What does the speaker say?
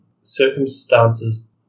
circumstances